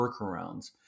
workarounds